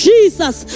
Jesus